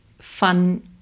fun